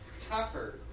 tougher